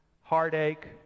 heartache